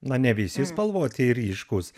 na ne visi spalvoti ir ryškūs